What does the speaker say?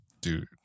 Dude